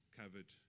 covered